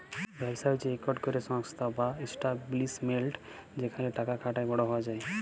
ব্যবসা হছে ইকট ক্যরে সংস্থা বা ইস্টাব্লিশমেল্ট যেখালে টাকা খাটায় বড় হউয়া যায়